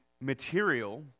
material